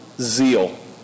zeal